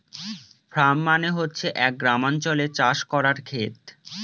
farm মানে হচ্ছে এক গ্রামাঞ্চলে চাষ করার খেত